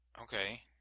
Okay